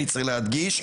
אני צריך להדגיש,